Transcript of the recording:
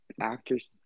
Actors